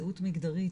זנות מגדרית,